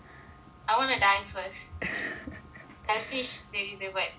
I want to die first selfish ya